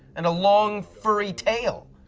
and a long furry tail,